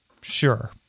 sure